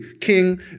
king